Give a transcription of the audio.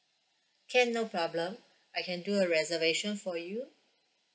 can no problem I can do a reservation for you